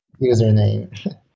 username